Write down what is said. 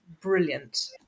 brilliant